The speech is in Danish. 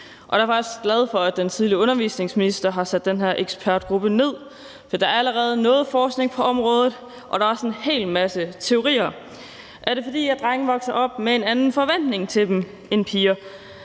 er jeg faktisk glad for, at den tidligere undervisningsminister har nedsat den her ekspertgruppe, for der er allerede noget forskning på området, og der er også en hel masse teorier. Er det, fordi drenge vokser op med en anden forventning til dem, end piger